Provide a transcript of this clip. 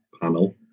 panel